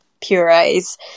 purees